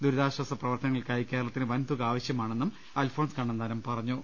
ദുരിതാശാസ പ്രവർത്തനങ്ങൾക്കായി കേരളത്തിന് വൻതുക ആവശ്യമാണെന്നും അൽഫോൺസ് കണ്ണന്താനം പറഞ്ഞു